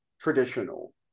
traditional